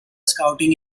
scouting